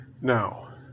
Now